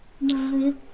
No